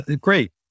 Great